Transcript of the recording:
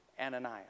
Ananias